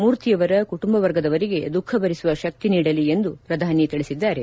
ಮೂರ್ತಿಯವರ ಕುಟುಂಬ ವರ್ಗದವರಿಗೆ ದುಃಖ ಭರಿಸುವ ಶಕ್ತಿ ನೀಡಲಿ ಎಂದು ಪ್ರಧಾನಿ ತಿಳಿಸಿದ್ದಾರೆ